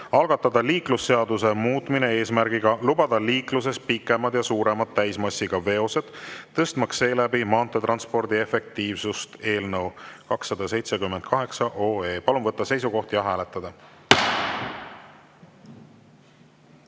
algatada Liiklusseaduse muutmine eesmärgiga lubada liikluses pikemad ja suuremad täismassiga veosed, tõstmaks seeläbi maanteetranspordi efektiivsust" eelnõu 278. Palun võtta seisukoht ja hääletada!